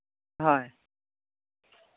হয়